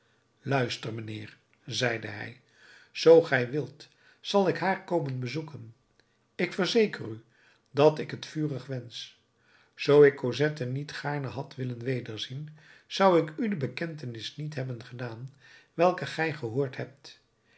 luister mijnheer zeide hij zoo gij wilt zal ik haar komen bezoeken ik verzeker u dat ik t vurig wensch zoo ik cosette niet gaarne had willen wederzien zou ik u de bekentenis niet hebben gedaan welke gij gehoord hebt